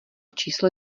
číslo